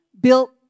built